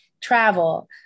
travel